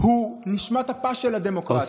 הם נשמת אפה של הדמוקרטיה.